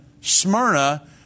Smyrna